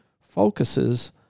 focuses